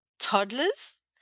Toddlers